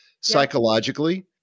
psychologically